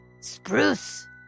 Spruce